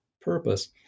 purpose